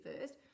first